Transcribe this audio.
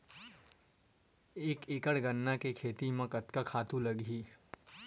एक एकड़ गन्ना के खेती म कतका खातु लगही?